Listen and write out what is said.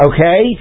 Okay